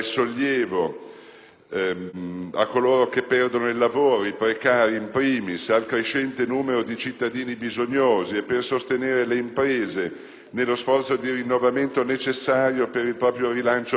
a coloro che perdono il lavoro, i precari *in primis*, al crescente numero di cittadini bisognosi, e per sostenere le imprese nello sforzo di rinnovamento necessario per il proprio rilancio produttivo.